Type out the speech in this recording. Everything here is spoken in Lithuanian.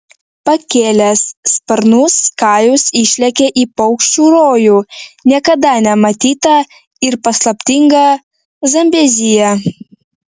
pakėlęs sparnus kajus išlekia į paukščių rojų niekada nematytą ir paslaptingą zambeziją